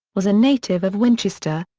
was a native of winchester,